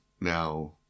Now